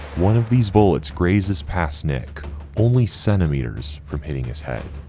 one of these bullets grazes past nick only centimeters from hitting his head.